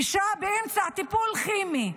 אישה באמצע טיפול כימי.